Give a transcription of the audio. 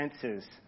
senses